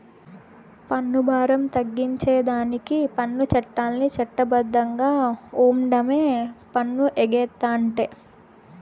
పన్ను బారం తగ్గించేదానికి పన్ను చట్టాల్ని చట్ట బద్ధంగా ఓండమే పన్ను ఎగేతంటే